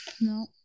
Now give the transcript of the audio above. no